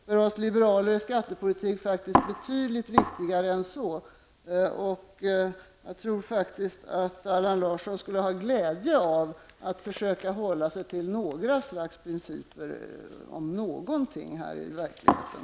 För oss liberaler är skattepolitik faktiskt betydligt viktigare än så. Jag tror att Allan Larsson skulle ha glädje av att försöka hålla sig till några slags principer om någonting här i verkligheten.